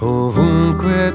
ovunque